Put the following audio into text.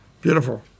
beautiful